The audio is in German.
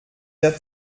der